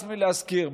הס מלהזכיר.